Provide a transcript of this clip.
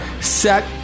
set